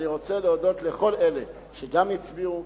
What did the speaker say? אני רוצה להודות לכל אלה שגם הצביעו,